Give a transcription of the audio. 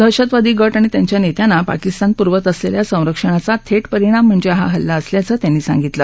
दहशतवादी गट आणि त्यांच्या नेत्यांना पाकिस्तान पुरवत असलेल्या संरक्षणाचा थेट परिणाम म्हणजे हा हल्ला असल्याचं त्यांनी सांगितलं